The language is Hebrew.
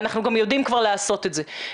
ואנחנו גם יודעים כבר לעשות את זה,